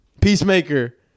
Peacemaker